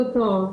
אחר,